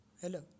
Hello